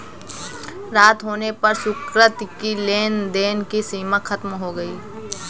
रात होने पर सुकृति की लेन देन की सीमा खत्म हो गई